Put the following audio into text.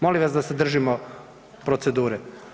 Molim vas da se držimo procedure.